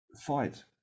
fight